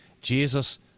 Jesus